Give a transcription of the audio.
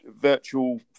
virtual